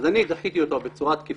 אני דחיתי אותו בצורה תקיפה